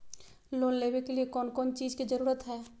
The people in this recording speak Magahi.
लोन लेबे के लिए कौन कौन चीज के जरूरत है?